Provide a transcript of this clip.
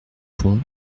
fond